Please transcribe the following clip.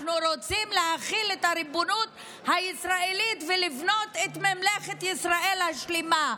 אנחנו רוצים להחיל את הריבונות הישראלית ולבנות את ממלכת ישראל השלמה.